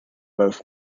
both